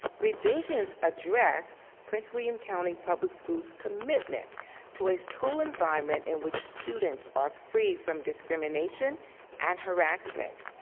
revisions address prince william county public schools' commitment to a school enviroment in which students are free from discrimination and harassment.